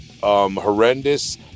Horrendous